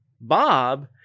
bob